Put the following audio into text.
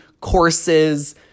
courses